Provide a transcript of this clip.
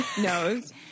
knows